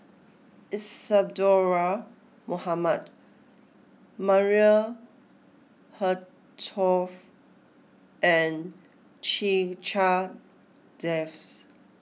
Isadhora Mohamed Maria Hertogh and Checha Davies